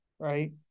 Right